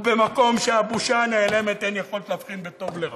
ובמקום שהבושה נעלמת אין יכולת להבחין בין טוב לרע.